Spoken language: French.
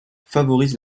favorise